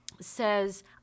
says